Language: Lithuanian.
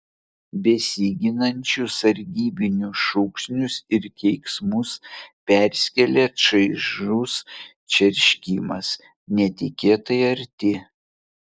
besiginančių sargybinių šūksnius ir keiksmus perskėlė čaižus čerškimas netikėtai arti